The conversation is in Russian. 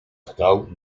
стал